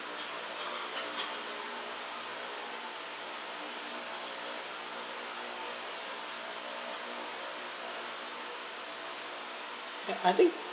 ya I think